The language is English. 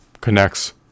connects